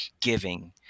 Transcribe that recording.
giving